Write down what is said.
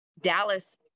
Dallas